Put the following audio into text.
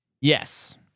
Yes